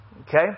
Okay